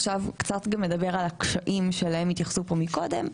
מדבר קצת על הקשיים שאליהם התייחסנו קודם,